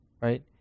right